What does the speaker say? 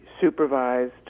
supervised